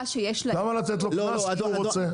למה לתת לו קנס אם הוא רוצה?